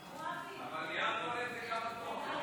אדוני היושב-ראש, כנסת נכבדה,